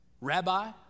Rabbi